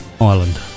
Ireland